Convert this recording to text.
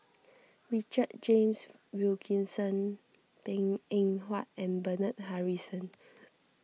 Richard James Wilkinson Png Eng Huat and Bernard Harrison